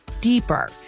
deeper